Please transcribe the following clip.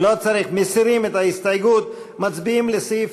יואל חסון,